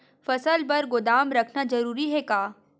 फसल बर गोदाम रखना जरूरी हे का?